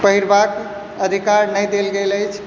पहिरबाक अधिकार नहि देल गेल अछि